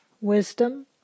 wisdom